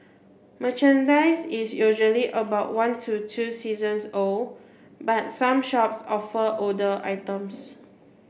merchandise is usually about one to two seasons old but some shops offer older items